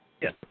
Yes